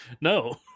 no